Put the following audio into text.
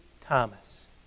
Thomas